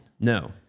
No